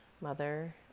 mother